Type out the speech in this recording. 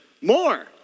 more